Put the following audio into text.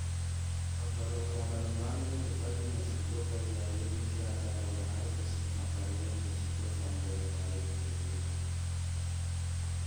Azonareo atao ambanimbany ve azafady moziky io fa izahay eto misy raha tianay ho rehafe fa tsy mifankare am moziky io fa ambony mare ty voliminy!